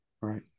Right